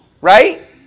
right